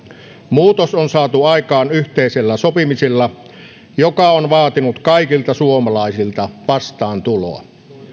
muutos on saatu aikaan yhteisellä sopimisella joka on vaatinut kaikilta suomalaisilta vastaantuloa